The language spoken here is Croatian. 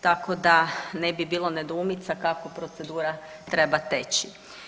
Tako da ne bi bilo nedoumica kako procedura treba teći.